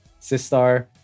Sistar